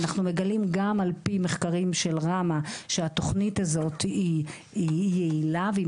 אנחנו מגלים גם עפ"י מחקרים של ראמ"ה שהתכנית הזאת היא יעילה והיא